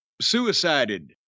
suicided